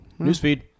Newsfeed